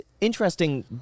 interesting